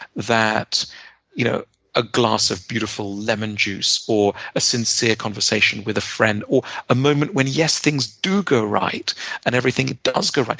that you know a glass of beautiful lemon juice or a sincere conversation with a friend, or a moment when, yes, things do go right and everything does go right,